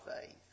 faith